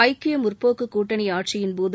ஐக்கிய முற்போக்குக் கூட்டணி ஆட்சியின்போது